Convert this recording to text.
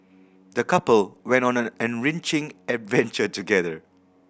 the couple went on an enriching adventure together